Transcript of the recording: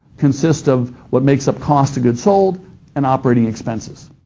consist of what makes up cost of goods sold and operating expenses.